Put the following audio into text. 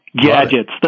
gadgets